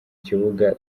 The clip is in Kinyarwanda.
kibuga